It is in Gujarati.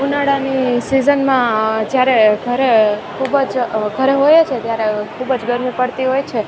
ઉનાળાની સીઝનમાં જ્યારે ઘરે ખૂબ જ ઘરે હોઈએ છે ત્યારે ખૂબ જ ગરમી પડતી હોય છે